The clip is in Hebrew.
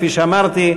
כפי שאמרתי,